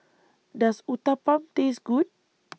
Does Uthapam Taste Good